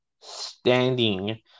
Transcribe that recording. Standing